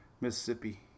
Mississippi